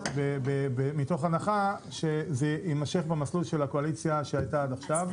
מתוך הנחה שזה יימשך במסלול של הקואליציה שהייתה עד עכשיו.